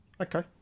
Okay